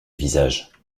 visage